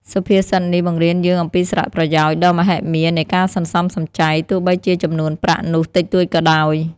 សុភាសិតនេះបង្រៀនយើងអំពីសារៈប្រយោជន៍ដ៏មហិមានៃការសន្សំសំចៃ ទោះបីជាចំនួនប្រាក់នោះតិចតួចក៏ដោយ។